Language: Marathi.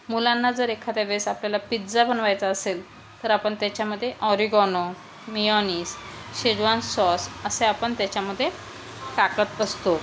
मुलांना जर एखाद्या वेळेस आपल्याला पिझ्झा बनवायचा असेल तर आपण त्याच्यामध्ये ऑरिगॉनो मियोनिस शेजवान्स सॉस असे आपण त्याच्यामध्ये टाकत असतो